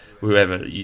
Whoever